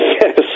yes